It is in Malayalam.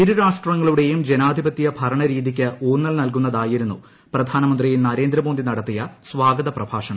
ഇരു രാഷ്ട്രങ്ങളുടെയും ജനാധിപത്യ ഭരണ്ട് രീതിയ്ക്ക് ഊന്നൽ നൽകുന്നതായിരുന്നു പ്രധാനമന്ത്രി നര്യേന്ദ്രമോദി നടത്തിയ സ്വാഗത പ്രഭാഷണം